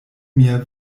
mia